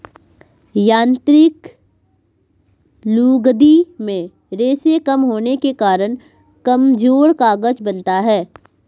यांत्रिक लुगदी में रेशें कम होने के कारण कमजोर कागज बनता है